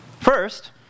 First